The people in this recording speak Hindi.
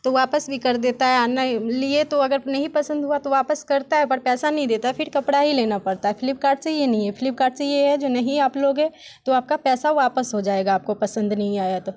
तो वापस भी कर दे देता है नहीं लिए तो अगर नहीं पसंद हुआ तो वापस करता है पर पैसा नी देता है फिर कपड़ा ही लेना पड़ता है फ्लिपकार्ट से ये नहीं है फ्लिपकार्ट से ये है जो नहीं आप लोगे तो आपका पैसा वापस हो जाएगा आपको पसंद नहीं आया तो